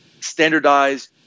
standardized